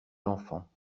l’enfant